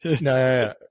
No